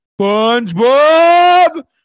Spongebob